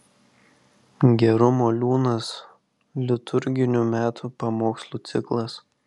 gerumo liūnas liturginių metų pamokslų ciklas